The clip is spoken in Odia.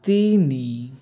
ତିନି